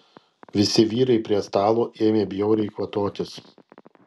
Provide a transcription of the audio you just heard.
visi vyrai prie stalo ėmė bjauriai kvatotis